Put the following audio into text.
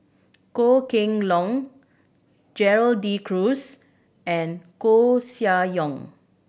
Goh Kheng Long Gerald De Cruz and Koeh Sia Yong